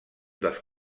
dels